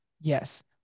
Yes